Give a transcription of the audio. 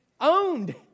owned